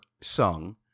sung